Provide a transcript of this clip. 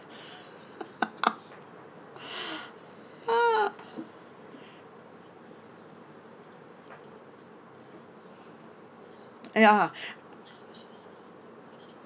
ya